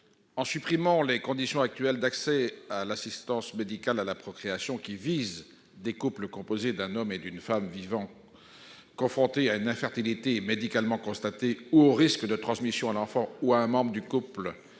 l'on supprime les conditions actuelles d'accès à l'AMP, qui visent des couples composés d'un homme et d'une femme vivants confrontés à une infertilité médicalement constatée ou au risque de transmission à l'enfant ou à un membre du couple d'une